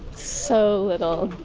so little